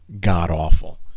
god-awful